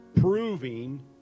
proving